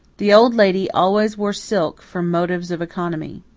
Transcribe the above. the old lady always wore silk from motives of economy.